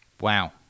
wow